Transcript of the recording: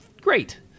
Great